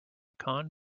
pecan